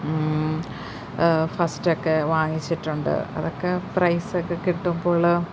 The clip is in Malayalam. ഫസ്റ്റ് ഒക്കെ വാങ്ങിച്ചിട്ടുണ്ട് അതൊക്കെ പ്രൈസ് ഒക്കെ കിട്ടുമ്പോൾ ഉള്ള